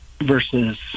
versus